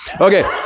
Okay